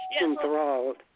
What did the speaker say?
enthralled